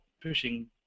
pushing